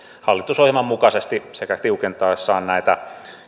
hallitusohjelman mukaisesti sekä tiukentaessaan näitä